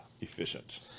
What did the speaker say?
efficient